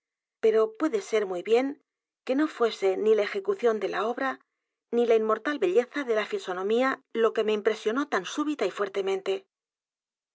pero puede ser muy bien que no fuese ni la ejecución de la obra ni la inmortal belleza de la fisonomía lo que me impresionó tan súbita y fuertemente